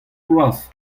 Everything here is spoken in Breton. bras